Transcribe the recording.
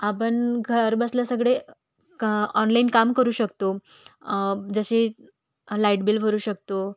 आपण घर बसल्या सगळे ऑनलाईन काम करू शकतो जसे लाईट बिल भरू शकतो